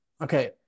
Okay